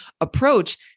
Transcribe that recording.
approach